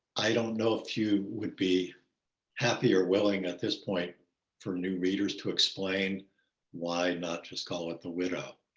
i don't know if you would be happier or willing at this point for new readers to explain why not just call it the widow.